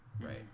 right